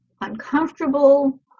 uncomfortable